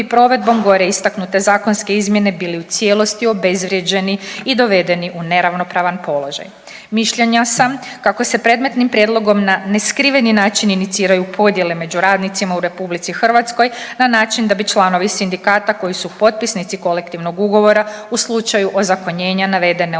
provedbom gore istaknute zakonske izmjene bili u cijelosti obezvrijeđeni i dovedeni u neravnopravan položaj. Mišljenja sam kako se predmetnim prijedlogom na neskriveni način iniciraju podjele među radnicima u Republici Hrvatskoj na način da bi članovi sindikata koji su potpisnici kolektivnog ugovora u slučaju ozakonjenja navedene odredbe